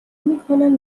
میکنن